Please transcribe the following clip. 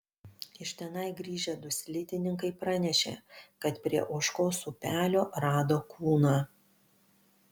iš tenai grįžę du slidininkai pranešė kad prie ožkos upelio rado kūną